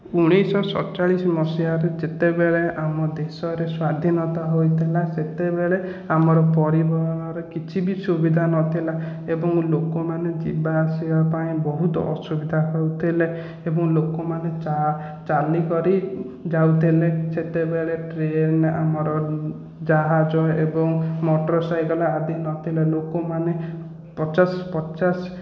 ଉଣେଇଶହ ସତ୍ଚାଳିଶ ମସିହାରେ ଯେତେବେଳେ ଆମ ଦେଶରେ ସ୍ୱାଧୀନତା ହୋଇଥିଲା ସେତେବେଳେ ଆମର ପରିବାର କିଛି ବି ସୁବିଧା ନ ଥିଲା ଏବଂ ଲୋକମାନେ ଯିବା ଆସିବା ପାଇଁ ବହୁତ ଅସୁବିଧା ହେଉଥିଲେ ଏବଂ ଲୋକମାନେ ଚାଲିକରି ଯାଉଥିଲେ ସେତେବେଳେ ଟ୍ରେନ୍ ଆମର ଜାହାଜ ଏବଂ ମଟରସାଇକଲ୍ ଆଦି ନଥିଲା ଲୋକମାନେ ପଚାଶ ପଚାଶ